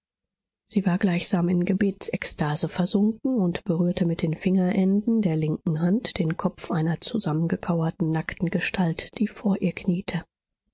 sie war gleichsam in gebetsekstase versunken und berührte mit den fingerenden der linken hand den kopf einer zusammengekauerten nackten gestalt die vor ihr kniete